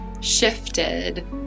shifted